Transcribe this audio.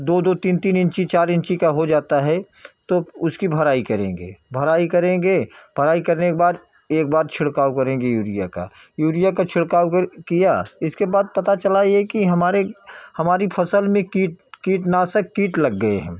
दो दो तीन तीन इंची चार इंची का हो जाता है तो उसकी भराई करेंगे भराई करेंगे भराई करने के बाद एक बार छिड़काव करेंगे यूरिया का यूरिया का छिड़काव कर किया इसके बाद पता चला यह की हमारे हमारी फ़स्ल में कीट कीटनाशक कीट लग गए हैं